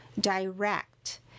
direct